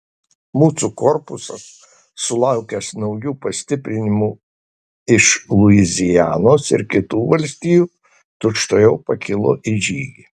mūsų korpusas sulaukęs naujų pastiprinimų iš luizianos ir kitų valstijų tučtuojau pakilo į žygį